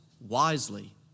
wisely